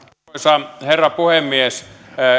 arvoisa herra puhemies